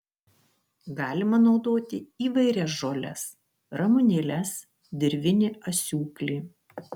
galima naudoti įvairias žoles ramunėles dirvinį asiūklį